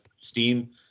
steam